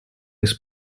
his